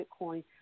Bitcoin